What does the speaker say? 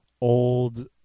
old